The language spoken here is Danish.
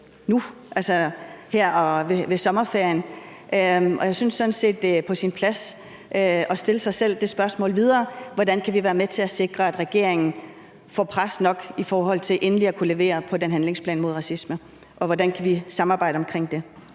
nu – altså her ved sommerferien – og jeg synes sådan set, det er på sin plads at stille sig selv det spørgsmål videre: Hvordan kan vi være med til at sikre, at regeringen får pres nok til endelig at kunne levere på den handlingsplan mod racisme, og hvordan kan vi samarbejde omkring det?